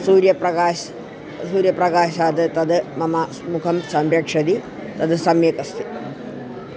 सूर्यप्रकाशात् सूर्यप्रकाशात् तद् मम मुखं संरक्षति तद् सम्यक् अस्ति